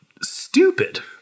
stupid